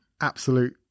absolute